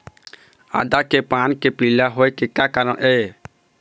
आदा के पान पिला होय के का कारण ये?